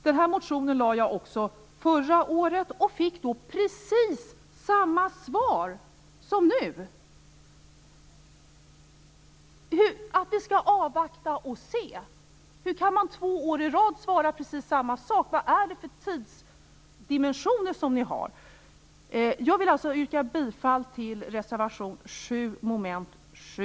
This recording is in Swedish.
Den här motionen lade jag fram förra året också och fick då precis samma svar som nu, nämligen att vi skall avvakta och se. Hur kan man två år i rad svara precis samma sak? Vad har ni för tidsdimensioner? Jag vill alltså yrka bifall till reservation 7 mom. 7.